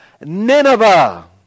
Nineveh